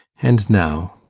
and now,